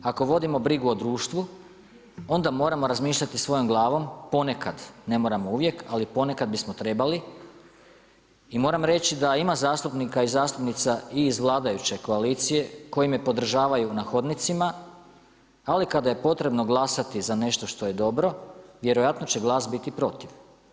Ako vodimo brigu o društvu onda moramo razmišljati svojom glavom ponekad, ne moramo uvijek, ali ponekad bismo trebali i moram reći da ima zastupnika i zastupnica i iz vladajuće koalicije koji me podržavaju na hodnicima, ali kada je potrebno glasati za nešto što je dobro, vjerojatno će glas biti protiv.